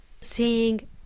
seeing